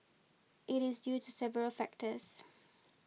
it is due to several factors